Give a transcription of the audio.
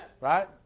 Right